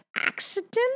accident